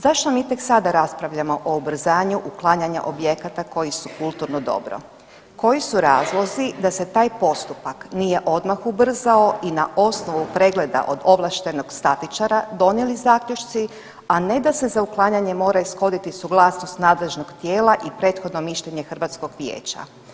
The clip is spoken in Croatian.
Zašto mi tek sada raspravljamo o ubrzanju uklanjanja objekata koji su kulturno dobro, koji su razlozi da se taj postupak nije odmah ubrzao i na osnovu pregleda od ovlaštenog statičara donijeli zaključci, a ne da se za uklanjanje mora ishoditi suglasnost nadležnog tijela i prethodno mišljenje hrvatskog vijeća?